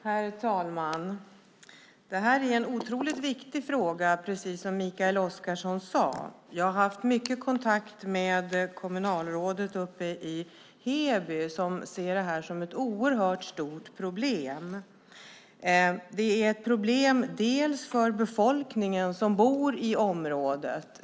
Herr talman! Det här är en otroligt viktig fråga, precis som Mikael Oscarsson sade. Jag har haft mycket kontakt med kommunalrådet uppe i Heby, som ser det här som ett oerhört stort problem. Det är ett problem för befolkningen som bor i området.